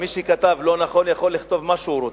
ומי שכתב לא נכון יכול לכתוב מה שהוא רוצה,